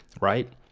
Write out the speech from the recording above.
right